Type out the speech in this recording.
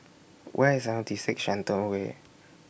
Where IS seventy six Shenton Way